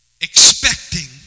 expecting